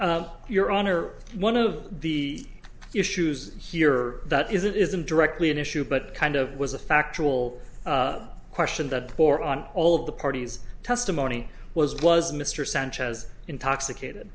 harmless your honor one of the issues here that isn't isn't directly an issue but kind of was a factual question that poor on all of the parties testimony was blood mr sanchez intoxicated